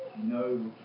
No